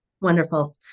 Wonderful